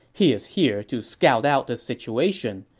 he is here to scout out the situation,